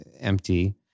empty